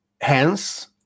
hence